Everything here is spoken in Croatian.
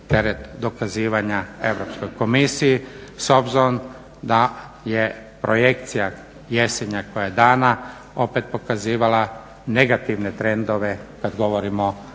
teret dokazivanja Europskoj komisiji s obzirom da je projekcija jesenja koja je dana opet pokazivala negativne trendove kad govorimo o